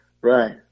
Right